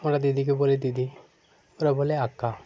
ওরা দিদিকে বলে দিদি ওরা বলে আক্কা